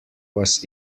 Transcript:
was